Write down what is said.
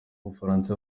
bufaransa